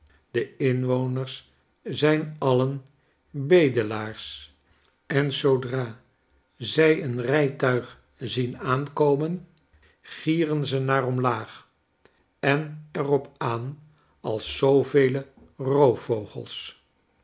de inwoners zijn alien bedelaars en zoodra zij een rijtuig zien aankomen gieren ze naar omlaag en er op aan als zoovele roofvogels